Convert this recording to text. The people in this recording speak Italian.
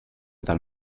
dal